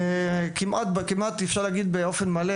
כמעט אפשר להגיד באופן מלא,